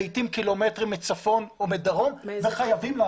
לעתים קילומטרים מצפון או מדרום וחייבים לומר את זה.